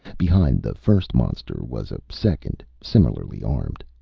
behind the first monster was a second, similarly armed.